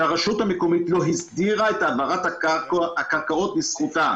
שהרשות המקומית לא הסדירה את העברת הקרקעות לזכותה.